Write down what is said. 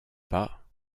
pas